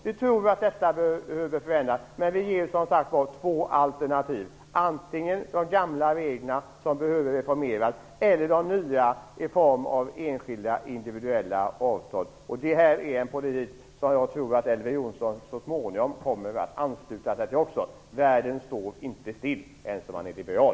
Vi tror att detta behöver förändras, men vi ger som sagt två alternativ: antingen de gamla reglerna, som behöver reformeras, eller de nya i form av enskilda, individuella avtal. Det här är en politik som jag tror att Elver Jonsson så småningom också kommer att ansluta sig till. Världen står inte still, inte ens om man är liberal.